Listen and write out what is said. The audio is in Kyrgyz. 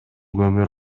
көмүр